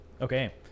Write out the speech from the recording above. Okay